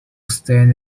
staying